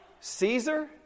Caesar